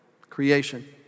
Creation